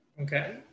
Okay